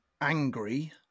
angry